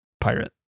pirate